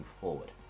forward